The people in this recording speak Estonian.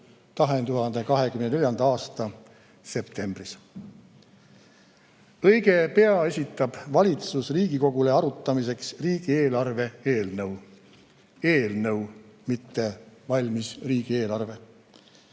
istungjärku 2024. aasta septembris. Õige pea esitab valitsus Riigikogule arutamiseks riigieelarve eelnõu. Eelnõu, mitte valmis riigieelarve.